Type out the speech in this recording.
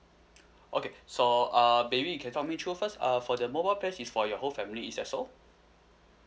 okay so uh maybe you can talk me through first uh for the mobile plan is for your whole family is that so